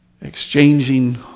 exchanging